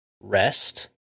rest